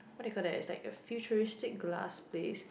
what do you call that it's like a futuristic glass place